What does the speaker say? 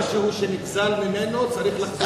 מי שיושב על משהו שנגזל, צריך להחזיר.